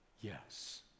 yes